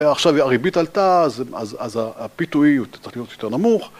עכשיו הריבית עלתה, אז הפיתוי צריך להיות יותר נמוך.